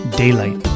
daylight